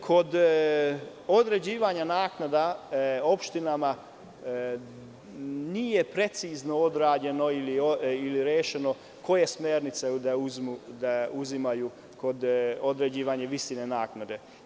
Kod određivanja naknada opštinama nije precizno odrađeno, ili rešeno koje smernice da uzimaju kod određivanje visine naknade.